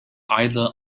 either